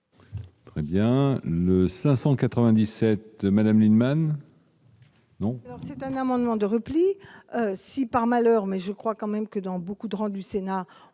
Eh bien, le 597 Madame Lienemann. Non, c'est un amendement de repli si par malheur mais je crois quand même que dans beaucoup de rang du Sénat,